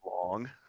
long